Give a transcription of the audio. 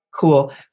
cool